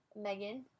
megan